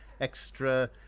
extra